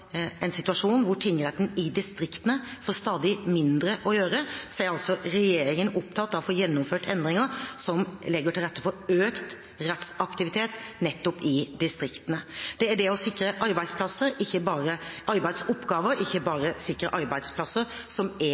en situasjon hvor tingrettene i distriktene får stadig mindre å gjøre, er regjeringen opptatt av å få gjennomført endringer som legger til rette for økt rettsaktivitet nettopp i distriktene. Det er det å sikre arbeidsoppgaver, ikke bare arbeidsplasser, som er